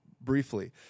briefly